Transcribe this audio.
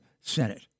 Senate